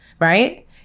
right